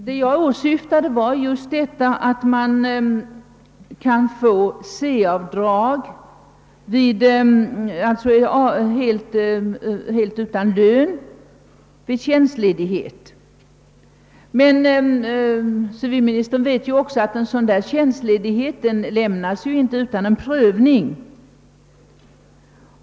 Det jag antydde var att även om vederbörande får vidkännas C-avdrag, d.v.s. avstår hela lönen, vid tjänstledighet: för studier lämnas inte tjänstledigheten utän särskild prövning.